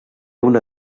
una